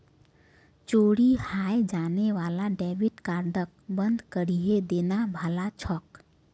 चोरी हाएं जाने वाला डेबिट कार्डक बंद करिहें देना भला छोक